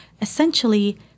essentially